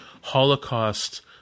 Holocaust